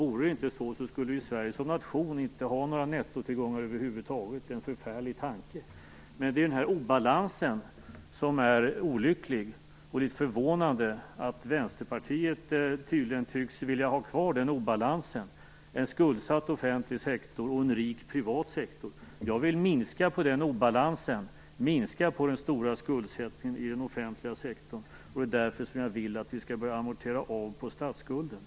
Om det inte vore så skulle Sverige som nation inte ha några nettotillgångar över huvud taget - en förfärlig tanke. Men det är obalansen som är olycklig. Det är litet förvånande att Vänsterpartiet tydligen tycks vilja ha kvar den; en skuldsatt offentlig sektor och en rik privat sektor. Jag vill minska obalansen och minska på den stora skuldsättningen i den offentliga sektorn. Det är därför jag vill att vi skall börja amortera på statsskulden.